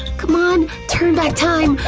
c'mon! turn back time!